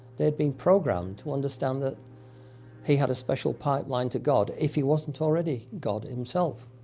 they had been programmed to understand that he had a special pipeline to god, if he wasn't already god himself.